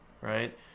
right